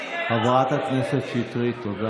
חברת הכנסת שטרית, תודה.